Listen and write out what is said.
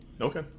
Okay